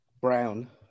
Brown